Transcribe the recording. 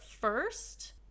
first